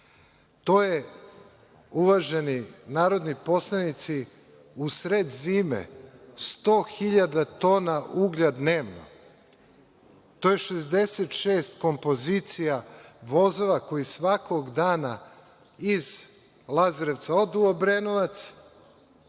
je, uvaženi narodni poslanici, usred zime 100.000 tona uglja dnevno. To je 66 kompozicija, vozova koji svakog dana iz Lazarevca odu u Obrenovac,